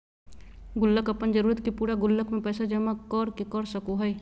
गुल्लक अपन जरूरत के पूरा गुल्लक में पैसा जमा कर के कर सको हइ